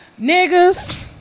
Niggas